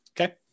Okay